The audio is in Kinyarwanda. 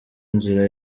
nzira